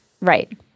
Right